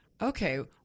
okay